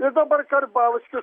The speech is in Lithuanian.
ir dabar karbauskis